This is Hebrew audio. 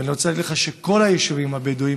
ואני רוצה להגיד לך שכל היישובים הבדואיים